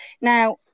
Now